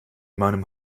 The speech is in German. meinem